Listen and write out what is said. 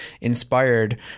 inspired